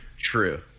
true